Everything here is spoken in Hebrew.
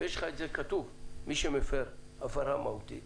ויש לך את זה כתוב שמי שמפר הפרה מהותית